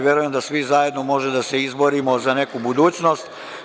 Verujem da svi zajedno možemo da se izborimo za neku budućnost.